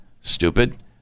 Stupid